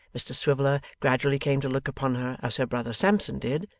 mr swiveller gradually came to look upon her as her brother sampson did,